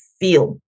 feel